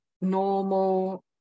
normal